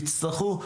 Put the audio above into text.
יצטרכו לשלם.